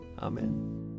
Amen